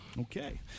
Okay